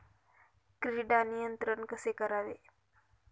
कीड नियंत्रण कसे करावे?